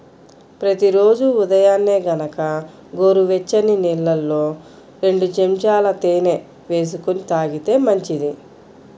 ప్రతి రోజూ ఉదయాన్నే గనక గోరువెచ్చని నీళ్ళల్లో రెండు చెంచాల తేనె వేసుకొని తాగితే మంచిది